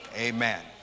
amen